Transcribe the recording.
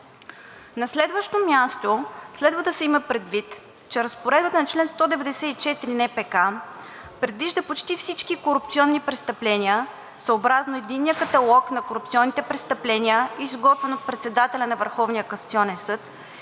На следващо място следва да се има предвид, че разпоредбата на чл. 194 от НПК предвижда почти всички корупционни престъпления съобразно единния каталог на корупционните престъпления, изготвен от председателя на